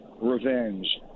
revenge